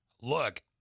Look